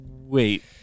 Wait